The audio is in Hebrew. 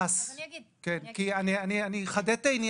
אני אחדד.